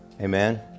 Amen